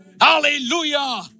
Hallelujah